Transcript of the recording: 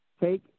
take